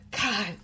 God